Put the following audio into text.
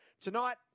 Tonight